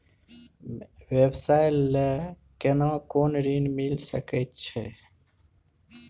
व्यवसाय ले केना कोन ऋन मिल सके छै?